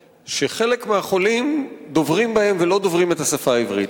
שחלק מהחולים דוברים אותן ולא דוברים את השפה העברית,